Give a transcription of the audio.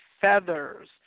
feathers